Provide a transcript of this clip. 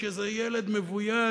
יש איזה ילד מבויש,